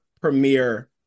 premiere